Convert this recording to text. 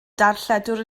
darlledwr